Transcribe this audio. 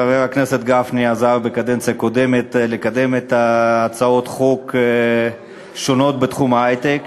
חבר הכנסת גפני עזר בקדנציה הקודמת לקדם הצעות חוק שונות בתחום ההיי-טק.